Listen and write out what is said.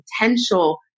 potential